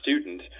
student